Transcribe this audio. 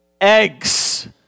Eggs